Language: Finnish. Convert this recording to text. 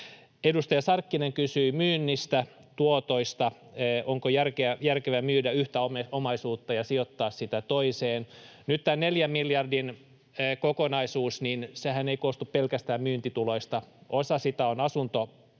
Edustaja Sarkkinen kysyi myynnistä, tuotoista, onko järkeä myydä yhtä omaisuutta ja sijoittaa sitä toiseen. Nyt tämä neljän miljardin kokonaisuushan ei koostu pelkästään myyntituloista. Osa sitä on asuntorahastoa,